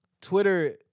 Twitter